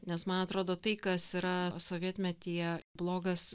nes man atrodo tai kas yra sovietmetyje blogas